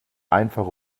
einfach